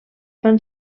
van